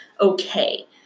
okay